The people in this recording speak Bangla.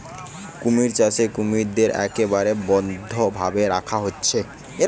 কুমির চাষে কুমিরদের একবারে বদ্ধ ভাবে রাখা হচ্ছে